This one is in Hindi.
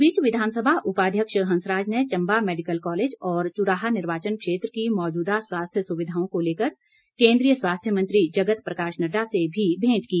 इस बीच विधानसभा उपाध्यक्ष हंसराज ने चम्बा मैडिकल कॉलेज और चुराह निर्वाचन क्षेत्र की मौजूदा स्वास्थ्य सुविधाओं को लेकर केन्द्रीय स्वास्थ्य मंत्री जगत प्रकाश नड्डा से भी भेंट की